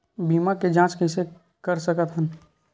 बीमा के जांच कइसे कर सकत हन?